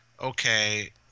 okay